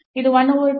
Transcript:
ಇದು 1 over 2